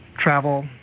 travel